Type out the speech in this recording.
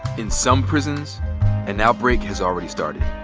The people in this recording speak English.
in some prisons an outbreak has already started.